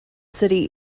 city